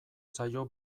zaio